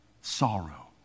Sorrow